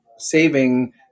saving